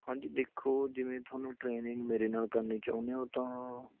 ਹਾਂਜੀ ਦੇਖੋ ਜਿਵੇਂ ਤੁਹਾਨੂੰ ਟ੍ਰੇਨਿੰਗ ਮੇਰੇ ਨਾਲ ਕਰਨੀ ਚਾਹੁੰਦੇ ਹੋ ਤਾਂ